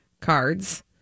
cards